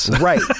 Right